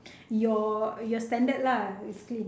your your standard lah basically